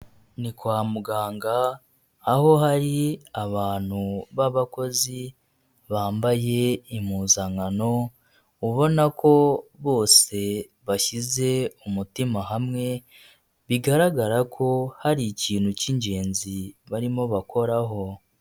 Ni kwa muganga, aho hari abantu b'abakozi bambaye impuzankano ubona ko bose bashyize umutima hamwe, bigaragara ko hari ikintu cy'ingenzi barimo bakoraho.